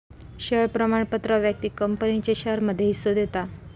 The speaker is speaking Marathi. शेयर प्रमाणपत्र व्यक्तिक कंपनीच्या शेयरमध्ये हिस्सो देता